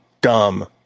dumb